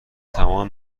تمام